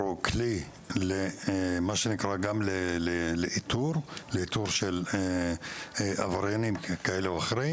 כלי למה שנקרא "איתור של עבריינים כאלה או אחרים",